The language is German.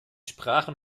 sprachen